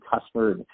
customer